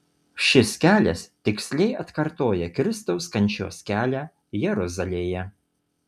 šis kelias tiksliai atkartoja kristaus kančios kelią jeruzalėje